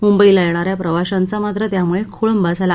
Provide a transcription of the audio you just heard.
मुंबईला येणा या प्रवाशांचा मात्र यामुळे खोळंबा झाला